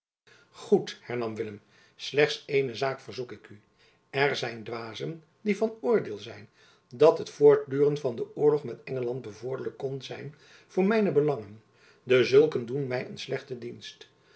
hernam willem slechts eene zaak verzoek ik u er zijn dwazen die van oordeel zijn dat het voortduren van den oorlog met engeland bevorderlijk kon zijn voor mijne belangen dezulken doen my een slechte dienst